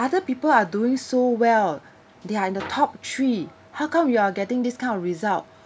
other people are doing so well they are in the top three how come you are getting this kind of result